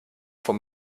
von